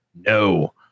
No